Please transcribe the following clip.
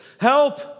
Help